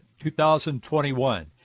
2021